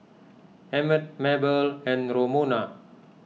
Emmett Mabel and Romona